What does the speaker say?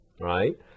right